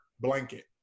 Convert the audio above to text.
blanket